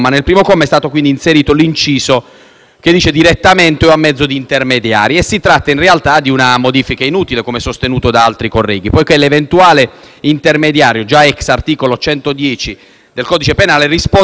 l'inciso «direttamente o a mezzo di intermediari». Si tratta, in realtà, di una modifica inutile - come sostenuto da altri colleghi - poiché l'eventuale intermediario, già *ex* articolo 110 del codice penale, risponderebbe del reato a titolo di concorso.